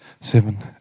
seven